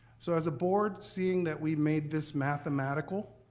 so as a board, seeing that we made this mathematical,